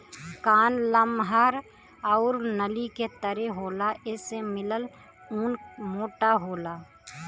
कान लमहर आउर नली के तरे होला एसे मिलल ऊन मोटा होला